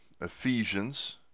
Ephesians